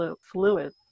fluid